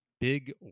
big